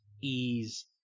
ease